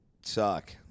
suck